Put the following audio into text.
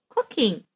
Cooking